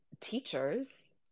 teachers